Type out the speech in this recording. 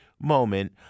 moment